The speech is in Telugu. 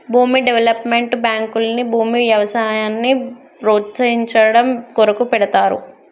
భూమి డెవలప్మెంట్ బాంకుల్ని భూమి వ్యవసాయాన్ని ప్రోస్తయించడం కొరకు పెడ్తారు